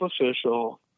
official